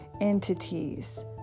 entities